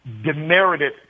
demerited